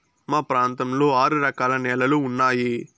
మా ప్రాంతంలో ఆరు రకాల న్యాలలు ఉన్నాయి